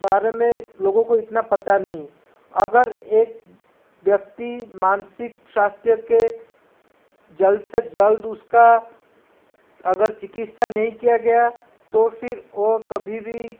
बारे में लोगों को इतना पता नहीं है अगर एक व्यक्ति मानसिक स्वास्थ्य के जल्द से जल्द उसका अगर चिकित्सा नहीं किया गया तो फिर वह कभी भी